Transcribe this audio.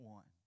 One